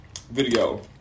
Video